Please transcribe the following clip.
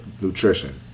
nutrition